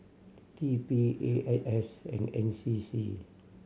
T P A N S and N C C